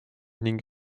ning